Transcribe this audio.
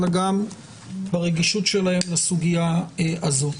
אלא גם ברגישות שלהם לסוגייה הזו.